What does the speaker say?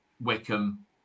Wickham